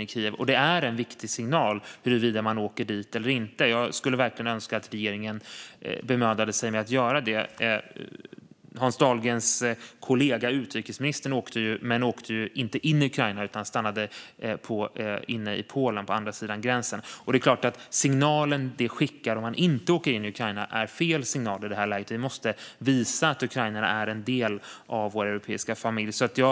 i Kiev. Det är en viktig signal huruvida man åker dit eller inte. Jag skulle verkligen önska mig att regeringen bemödade sig att göra det. Hans Dahlgrens kollega utrikesministern åkte, men hon åkte inte in i Ukraina utan stannade i Polen på andra sidan gränsen. Det är klart att den signal som det skickar om man inte åker in i Ukraina är fel signal i detta läge. Vi måste visa att Ukraina är en del av vår europeiska familj.